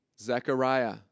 Zechariah